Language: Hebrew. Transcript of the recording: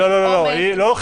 לא, לא, לא.